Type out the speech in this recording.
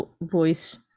voice